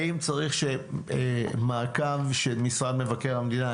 האם צריך מעקב של משרד מבקר המדינה?